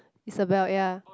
Isabelle ya